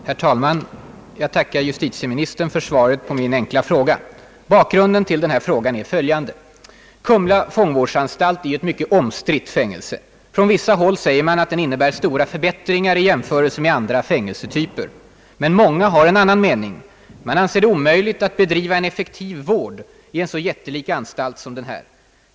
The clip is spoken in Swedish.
Herr talman! Jag tackar justitieministern för svaret på min enkla fråga. Bakgrunden till frågan är följande. Kumla fångvårdsanstalt är ett mycket omstritt fängelse. Från vissa håll anförs att den innebär stora förbättringar i jämförelse med andra fängelsetyper. Men många har en annan mening. De senare anser att det är omöjligt att bedriva en effektiv vård inom en så jättelik anstalt som denna.